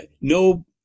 No